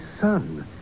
son